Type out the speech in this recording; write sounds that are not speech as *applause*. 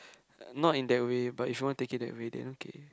*breath* not in that way but if you want to take it that way then okay